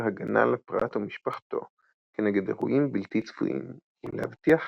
הגנה על הפרט או משפחתו כנגד אירועים בלתי צפויים ולהבטיח